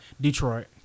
Detroit